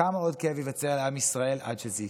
כמה עוד כאב ייווצר לעם ישראל עד שזה יקרה?